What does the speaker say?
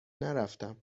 نرفتم